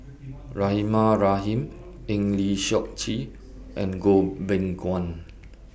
Rahimah Rahim Eng Lee Seok Chee and Goh Beng Kwan